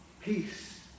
Peace